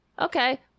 okay